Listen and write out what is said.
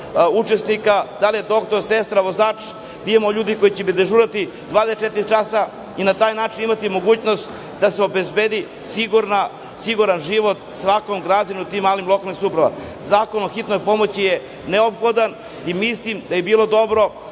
učesnika, da li je doktor, sestra, vozač, da imamo ljude koji će dežurati 24 časa i na taj način imati mogućnost da se obezbedi siguran život svakom građaninu u tim lokalnim samoupravama. Zakon o Hitnoj pomoći je neophodan i mislim da bi bilo dobro,